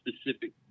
specific